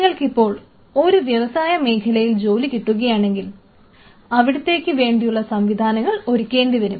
നിങ്ങൾക്കിപ്പോൾ ഒരു വ്യവസായ മേഖലയിൽ ജോലി കിട്ടുകയാണെങ്കിൽ അവിടുത്തേക്കു വേണ്ടിയുള്ള സംവിധാനങ്ങൾ ഒരുക്കേണ്ടിവരും